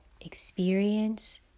experience